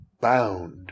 Bound